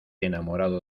enamorado